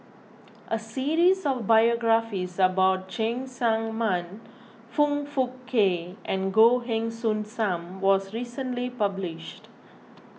a series of biographies about Cheng Tsang Man Foong Fook Kay and Goh Heng Soon Sam was recently published